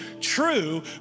true